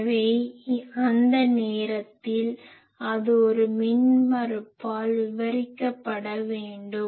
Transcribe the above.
எனவே அந்த நேரத்தில் அது ஒரு மின்மறுப்பால் விவரிக்கப்பட வேண்டும்